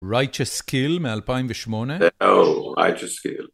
רייטשס קיל מ-2008? אהו, רייטשס קיל.